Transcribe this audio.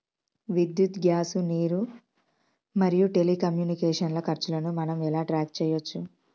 విద్యుత్ గ్యాస్ నీరు మరియు టెలికమ్యూనికేషన్ల ఖర్చులను మనం ఎలా ట్రాక్ చేయచ్చు?